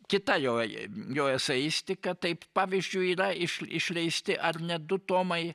kita joji jo eseistika taip pavyzdžiui yra iš išleisti ar ne du tomai